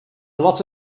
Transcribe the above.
lot